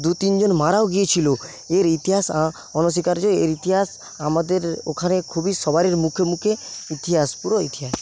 দু তিনজন মারাও গিয়েছিল এর ইতিহাস অনস্বীকার্য এর ইতিহাস আমাদের ওখানে খুবই সবারই মুখে মুখে ইতিহাস পুরো ইতিহাস